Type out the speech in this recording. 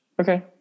Okay